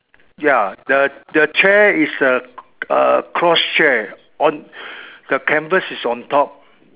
ya the the chair is a uh cross chair on the canvas is on top